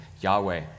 Yahweh